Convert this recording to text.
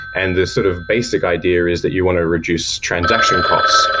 and this sort of basic idea is that you want to reduce transaction cost,